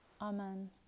Amen